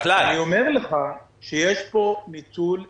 אני אומר לך שיש פה ניצול ציני.